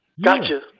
Gotcha